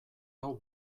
hau